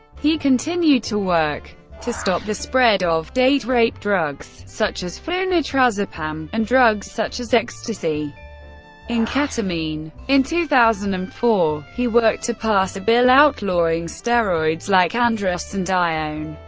he continued to work to stop the spread of date rape drugs such as flunitrazepam, and drugs such as ecstasy and ketamine. in two thousand and four, he worked to pass a bill outlawing steroids like androstenedione,